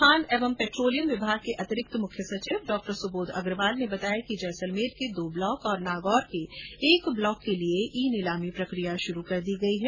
खान एवं पेट्रोलियम विभाग के अतिरिक्त मुख्य सचिव डॉ सुबोध अग्रवाल ने बताया कि जैसलमेर के दो ब्लॉक और नागौर के एक ब्लॉक के लिए ई नीलामी प्रकिया शुरू कर दी गई है